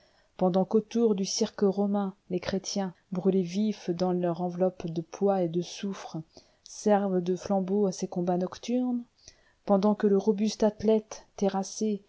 pendant qu'autour du cirque romain les chrétiens brûlés vifs dans leur enveloppe de poix et de soufre servent de flambeaux à ces combats nocturnes pendant que le robuste athlète terrassé